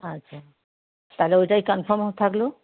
আচ্ছা তাহলে ওইটাই কনফার্ম থাকলো